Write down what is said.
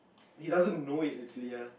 he doesn't know it actually ya